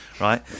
right